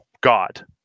God